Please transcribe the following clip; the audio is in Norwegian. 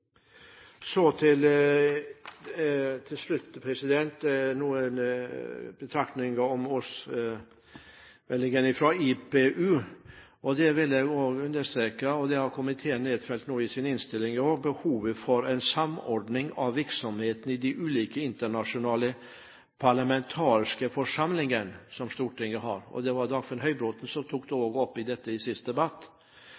noen betraktninger om årsmeldingen fra IPU. Der vil jeg understreke, og komiteen har også nedfelt det i sin innstilling, behovet for en samordning av virksomheten i Stortingets ulike internasjonale delegasjoner. Det var Dagfinn Høybråten som